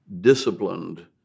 disciplined